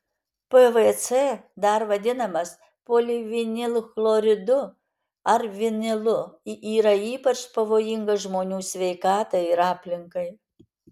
pvc dar vadinamas polivinilchloridu ar vinilu yra ypač pavojingas žmonių sveikatai ir aplinkai